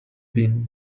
been